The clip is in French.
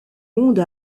monde